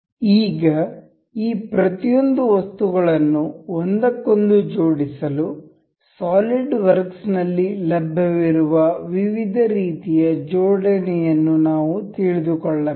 ಈಗ ಈ ಪ್ರತಿಯೊಂದು ವಸ್ತುಗಳನ್ನು ಒಂದಕ್ಕೊಂದು ಜೋಡಿಸಲು ಸಾಲಿಡ್ವರ್ಕ್ಸ್ನಲ್ಲಿ ಲಭ್ಯವಿರುವ ವಿವಿಧ ರೀತಿಯ ಜೋಡಣೆಯನ್ನು ನಾವು ತಿಳಿದುಕೊಳ್ಳಬೇಕು